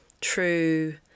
true